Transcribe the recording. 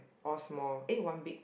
all small eh one big